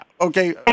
Okay